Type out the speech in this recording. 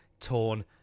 torn